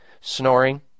snoring